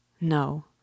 No